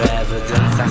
evidence